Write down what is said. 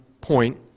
point